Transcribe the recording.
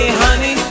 honey